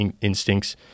instincts